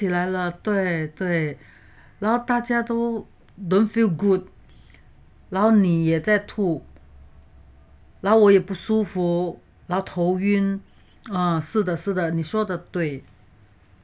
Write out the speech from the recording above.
想起来了对对对然后大家都 don't feel good 然后你也在吐然后我也不舒服然后头晕啊是的是的你说的对